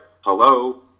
hello